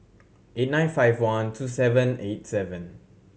eight nine five one two seven eight seven